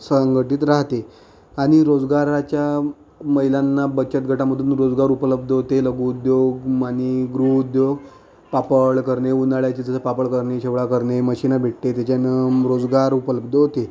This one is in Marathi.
संघटित राहते आणि रोजगाराच्या महिलांना बचत गटामधून रोजगार उपलब्ध होते लघुउद्योग मानि गृहउद्योग पापड करणे उन्हाळ्याचे जसे पापड करणे शेवया करणे मशीने भेटते त्याच्यानं रोजगार उपलब्ध होते